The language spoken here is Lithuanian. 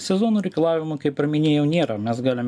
sezonui reikalavimų kaip ir minėjau niera mes galim